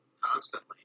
constantly